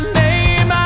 name